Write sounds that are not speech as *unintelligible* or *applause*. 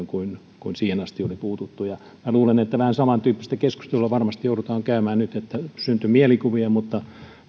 *unintelligible* kuin siihen asti oli puututtu minä luulen että vähän samantyyppistä keskustelua joudutaan varmasti käymään nyt kun syntyi mielikuvia mutta